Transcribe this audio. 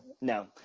no